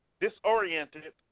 disoriented